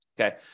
okay